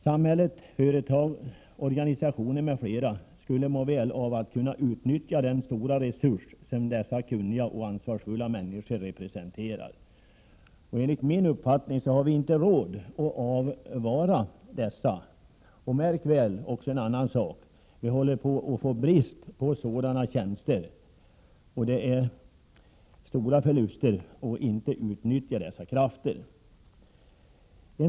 Samhället, företag, organisationer m.fl. skulle må väl av att kunna utnyttja den stora resurs som dessa kunniga och ansvarsfulla människor representerar. Enligt min uppfattning har vi inte råd att avvara dessa, och märk väl också en annan sak: Vi håller på att få brist på sådana tjänster. Det innebär stora förluster att ej utnyttja dessa krafter.